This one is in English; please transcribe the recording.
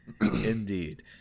Indeed